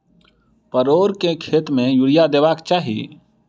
परोर केँ खेत मे यूरिया देबाक चही?